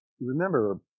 remember